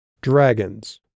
Dragons